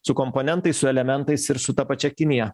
su komponentais su elementais ir su ta pačia kinija